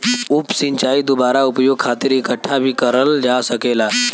उप सिंचाई दुबारा उपयोग खातिर इकठ्ठा भी करल जा सकेला